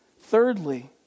Thirdly